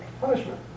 punishment